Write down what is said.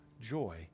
joy